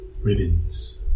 ribbons